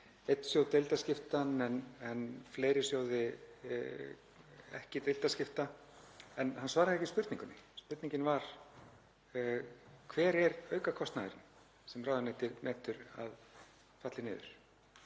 einn sjóð deildaskiptan en fleiri sjóði ekki deildaskipta. En hann svaraði ekki spurningunni. Spurningin var: Hver er aukakostnaðurinn sem ráðuneytið metur að falli niður?